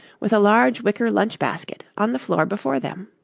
with a large wicker lunch basket on the floor before them.